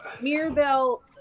Mirabelle